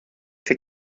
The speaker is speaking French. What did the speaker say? fait